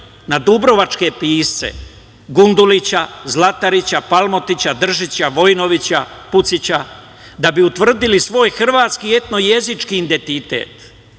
na dubrovačke pisce - Gundulića, Zlatarića, Palmotića, Držića, Vojinovića, Pucića, da bi utvrdili svoj hrvatski i etno jezički identitet,